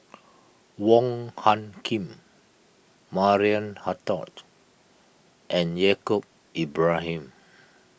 Wong Hung Khim Maria Hertogh and Yaacob Ibrahim